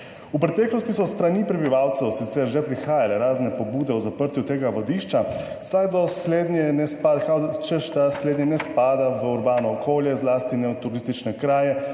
V preteklosti so s strani prebivalcev sicer že prihajale razne pobude o zaprtju tega vadišča, češ da slednji ne spada v urbano okolje, zlasti ne v turistične kraje